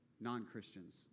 non-Christians